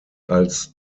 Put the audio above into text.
als